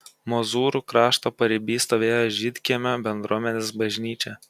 mozūrų krašto pariby stovėjo žydkiemio bendruomenės bažnyčia